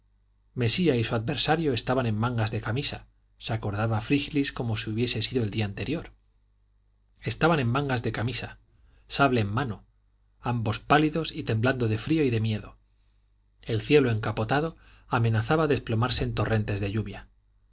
mesía y su adversario estaban en mangas de camisa se acordaba frígilis como si hubiese sido el día anterior estaban en mangas de camisa sable en mano ambos pálidos y temblando de frío y de miedo el cielo encapotado amenazaba desplomarse en torrentes de lluvia